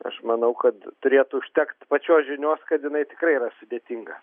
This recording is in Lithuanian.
aš manau kad turėtų užtekt pačios žinios kad jinai tikrai yra sudėtinga